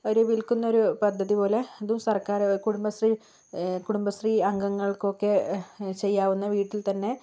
ഒരു വിൽക്കുന്ന ഒരു പദ്ധതി പോലെ അതും സർക്കാർ കുടുംബശ്രീ കുടുംബശ്രീ അംഗങ്ങൾക്കൊക്കെ ചെയ്യാവുന്ന വീട്ടിൽ തന്നെ